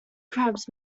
crabs